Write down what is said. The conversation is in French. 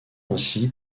ainsi